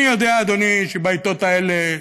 אני יודע, אדוני, שבעיתות האלה,